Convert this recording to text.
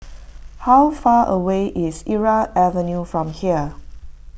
how far away is Irau Avenue from here